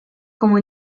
como